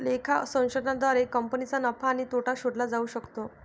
लेखा संशोधनाद्वारे कंपनीचा नफा आणि तोटा शोधला जाऊ शकतो